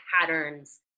patterns